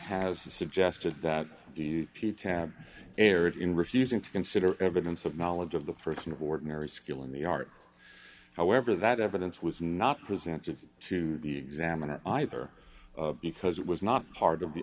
has suggested that the p tab erred in refusing to consider evidence of knowledge of the person of ordinary skill in the art however that evidence was not presented to the examiner either because it was not part of the